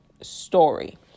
story